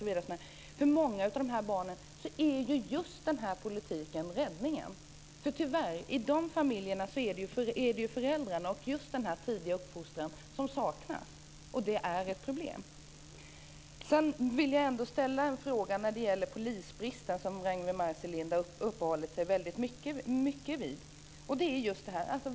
För många av barnen är just denna politik deras räddning. I dessa familjer är det föräldrarna och den tidiga uppfostran som saknas. Det är ett problem. Ragnwi Marcelind har uppehållit sig mycket vid.